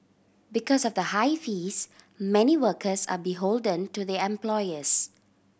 because of the high fees many workers are beholden to their employers